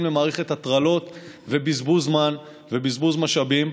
למערכת הטרלות ובזבוז זמן ובזבוז משאבים.